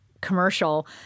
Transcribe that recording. commercial